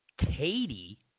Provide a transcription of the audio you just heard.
Katie